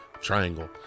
triangle